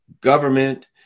government